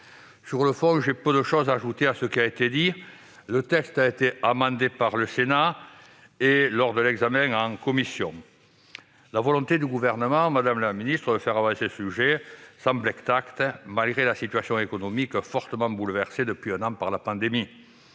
Sur le fond, il y a peu de choses à ajouter à ce qui a été dit. Le texte a déjà été amendé à l'Assemblée nationale et lors de l'examen en commission. La volonté du Gouvernement de faire avancer ce sujet semble intacte, malgré la situation économique fortement bouleversée depuis un an par la pandémie.